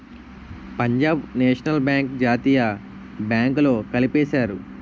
Punjab National Bank జాతీయ బ్యాంకుల్లో కలిపేశారు